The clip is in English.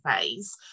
phase